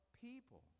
people